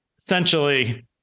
essentially